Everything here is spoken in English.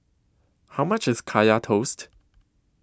How much IS Kaya Toast